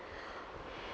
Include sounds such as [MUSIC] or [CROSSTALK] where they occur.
[BREATH]